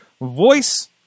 voice